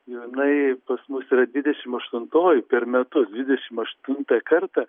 jau jinai pas mus yra dvidešim aštuntoji per metus dvidešim aštuntą kartą